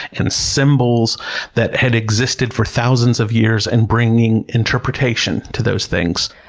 and symbols that had existed for thousands of years and bringing interpretation to those things.